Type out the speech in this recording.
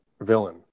villain